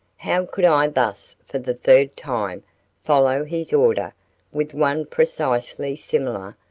how could i thus for the third time follow his order with one precisely similar,